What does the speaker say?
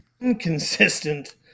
inconsistent